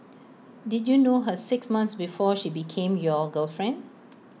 did you know her six months before she became your girlfriend